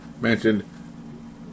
mentioned